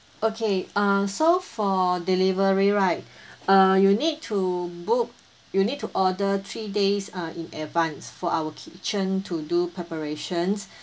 okay uh so for delivery right uh you need to book you need to order three days uh in advance for our kitchen to do preparations